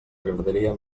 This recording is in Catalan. agradaria